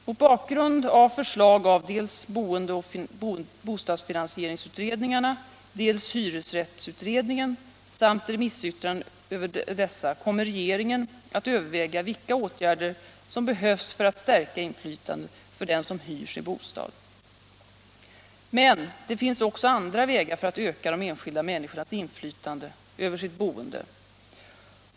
Mot bakgrund av förslag av dels boendeoch bostadsfinansieringsutredningarna, dels hyresrättsutredningen samt remissyttranden över dessa kommer regeringen att överväga vilka åtgärder som behövs för att stärka inflytandet för den som hyr sin bostad. Men det finns också andra vägar för att öka de enskilda människornas inflytande över sitt boende.